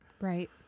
right